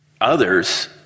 others